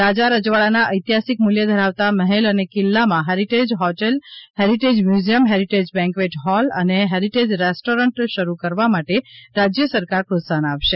રાજા રજવાડાના ઐતિહાસિક મૂલ્ય ધરાવતા મહેલ અને કિલ્લામાં heritage hotel heritage museum heritage banquet hall અને હેરિટેજ રેસ્ટોરેન્ટ શરૂ કરવા માટે રાજ્ય સરકાર પ્રોત્સાહન આપશે